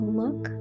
look